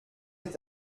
est